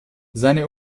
seine